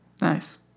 Nice